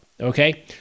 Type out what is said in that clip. okay